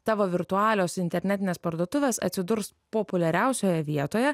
tavo virtualios internetinės parduotuvės atsidurs populiariausioje vietoje